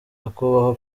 nyakubahwa